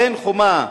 אין חומה,